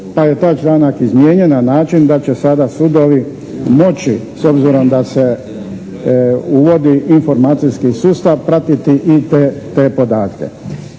pa je taj članak izmijenjen na način da će sada sudovi moći s obzirom da se uvodi informacijski sustav pratiti i te podatke.